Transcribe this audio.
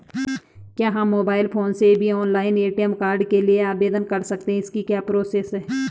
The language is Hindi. क्या हम मोबाइल फोन से भी ऑनलाइन ए.टी.एम कार्ड के लिए आवेदन कर सकते हैं इसकी क्या प्रोसेस है?